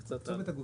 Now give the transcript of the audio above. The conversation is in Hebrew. קצת הלאה.